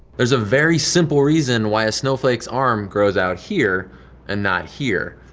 there's a very simple reason why a snowflake's arm grows out here and not here.